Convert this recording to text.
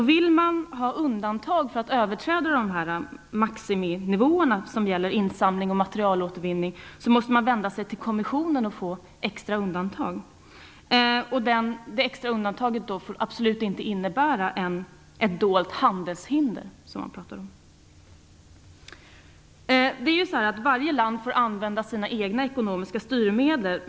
Vill man få tillstånd att överträda de maximinivåer som gäller insamling och materialåtervinning måste man vända sig till kommissionen. Detta extra undantag får absolut inte innebära ett dolt handelshinder. Varje land får använda sina egna ekonomiska styrmedel.